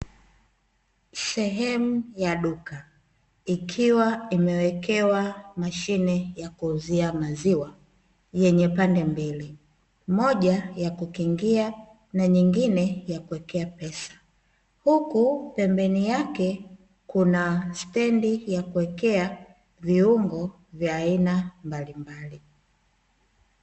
Sehemu ya duka ikiwa imeekewa mashine ya kuuzia maziwa yenye pande mbili moja ya kukingia na nyingine ya kuekea pesa. Huku pembeni yake kuna stendi ya kuekea viungo vya aina mbalimbali.